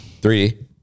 3D